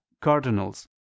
cardinals